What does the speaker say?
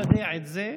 אתה יודע את זה.